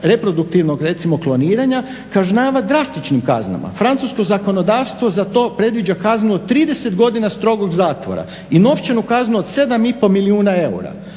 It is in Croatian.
reproduktivnog recimo kloniranja kažnjava drastičnim kaznama. Francusko zakonodavstvo za to predviđa kaznu od 30 godina strogog zatvora i novčanu kaznu od 7,5 milijuna eura,